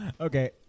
Okay